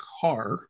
car